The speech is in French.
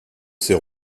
ses